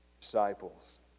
disciples